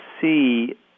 see